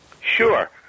Sure